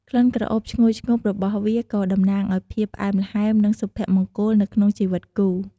ក្លិនក្រអូបឈ្ងុយឈ្ងប់របស់វាក៏តំណាងឱ្យភាពផ្អែមល្ហែម និងសុភមង្គលនៅក្នុងជីវិតគូ។